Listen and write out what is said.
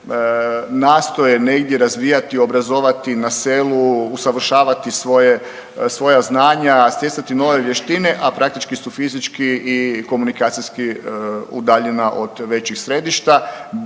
nastoje negdje razvijati, obrazovati na selu, usavršavati svoja znanja, stjecati nove vještine, a praktički su fizički i komunikacijski udaljena od većih središta.